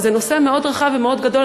וזה נושא מאוד רחב ומאוד גדול,